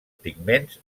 pigments